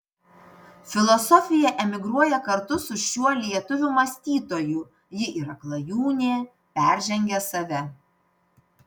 filosofija emigruoja kartu su šiuo lietuvių mąstytoju ji yra klajūnė peržengia save